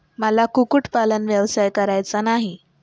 मला कुक्कुटपालन व्यवसाय करायचा नाही